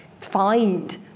find